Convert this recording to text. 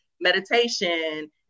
meditation